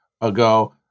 ago